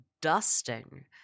dusting